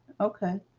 Okay